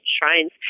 shrines